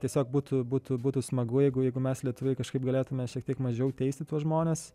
tiesiog būtų būtų būtų smagu jeigu jeigu mes lietuviai kažkaip galėtumėme šiek tiek mažiau teisti tuos žmones